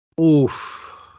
Oof